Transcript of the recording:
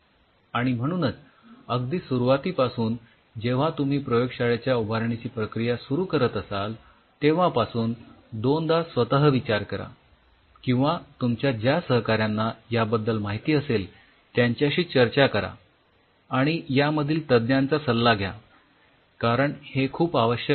आणि म्हणूनच अगदी सुरुवातीपासून जेव्हा तुम्ही प्रयोगशाळेच्या उभारणीची प्रक्रिया सुरु करत असाल तेव्हापासून दोनदा स्वतः विचार करा किंवा तुमच्या ज्या सहकाऱ्यांना याबद्दल माहिती असेल त्यांच्याशी चर्चा करा आणि यामधील तज्ज्ञांचा सल्ला घ्या कारण हे खूप आवश्यक आहे